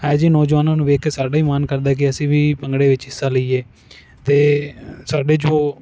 ਇਹੋ ਜਿਹੇ ਨੌਜਵਾਨਾਂ ਨੂੰ ਵੇਖ ਕੇ ਸਾਡੇ ਵੀ ਮਨ ਕਰਦਾ ਕਿ ਅਸੀਂ ਵੀ ਭੰਗੜੇ ਵਿੱਚ ਹਿੱਸਾ ਲਈਏ ਅਤੇ ਸਾਡੇ ਜੋ